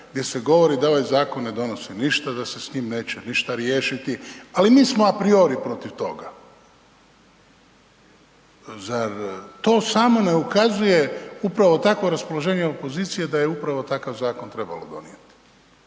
gdje se govori da ovaj zakon ne donosi ništa, da se s njim neće ništa riješiti, ali mi smo apriori protiv toga. Zar to samo ne ukazuje, upravo takvo raspoloženje opozicije da je upravo takav zakon trebalo donijeti?